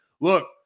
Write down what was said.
look